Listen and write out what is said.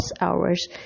hours